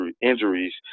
injuries